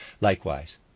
Likewise